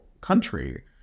country